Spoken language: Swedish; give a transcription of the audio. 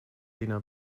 dina